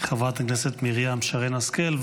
חברת הכנסת מרים שרן השכל,